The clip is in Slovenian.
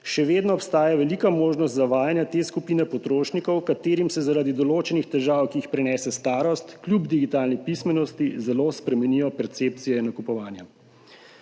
še vedno obstaja velika možnost zavajanja te skupine potrošnikov, katerim se zaradi določenih težav, ki jih prinese starost, kljub digitalni pismenosti zelo spremenijo percepcije nakupovanja.